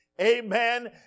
amen